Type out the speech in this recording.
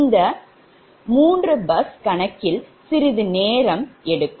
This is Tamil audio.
இந்த 3 பஸ் கணக்கில் சிறிது நேரம் எடுக்கும்